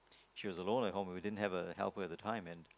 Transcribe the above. she was alone at home and we didn't have a helper at that time and